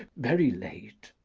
very late.